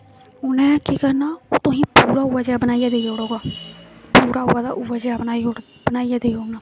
उंहे केह् करना तुसेगी पूरा उऐ जेहा बनाइयै देई ओड़ग पूरा उऐ दा उऐ जेहा बनाई ओड़ग बनाइयै देई ओड़ना